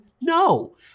No